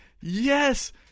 Yes